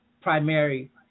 primary